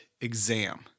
exam